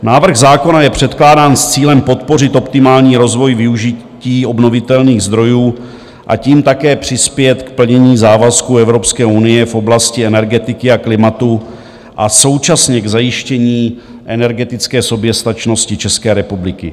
Návrh zákona je předkládán s cílem podpořit optimální rozvoj využití obnovitelných zdrojů a tím také přispět k plnění závazků Evropské unie v oblasti energetiky a klimatu a současně k zajištění energetické soběstačnosti České republiky.